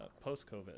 post-COVID